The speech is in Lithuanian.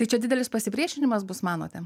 tai čia didelis pasipriešinimas bus manote